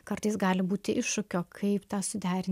kartais gali būti iššūkiu kaip tą suderint